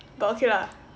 but okay lah